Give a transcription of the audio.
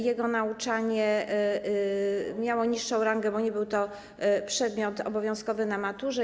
Jego nauczanie miało niższą rangę, bo nie był to przedmiot obowiązkowy na maturze.